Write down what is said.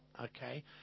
okay